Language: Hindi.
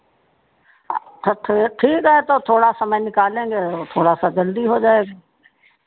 अच्छा ठीक है तो थोड़ा समय निकालेंगे और थोड़ा सा जल्दी हो जाएगा